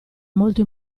molto